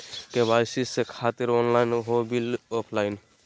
KYC से खातिर online हो बिल ऑफलाइन?